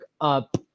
up